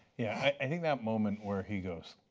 yeah i think that moment where he goes